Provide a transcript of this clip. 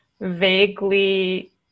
vaguely